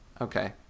Okay